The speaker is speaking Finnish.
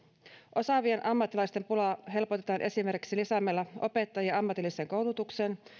osaavien ammattilaisten pulaa helpotetaan esimerkiksi lisäämällä opettajia ammatilliseen koulutukseen